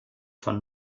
von